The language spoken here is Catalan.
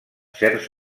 certs